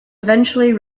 eventually